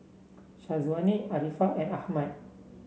Syazwani Arifa and Ahmad